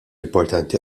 importanti